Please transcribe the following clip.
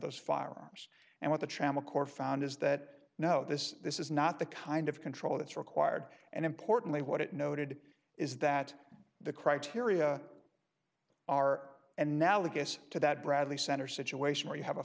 those firearms and what the tramecourt found is that no this this is not the kind of control that's required and importantly what it noted is that the criteria r and now i guess to that bradley center situation where you have a